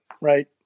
right